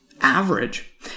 average